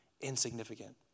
insignificant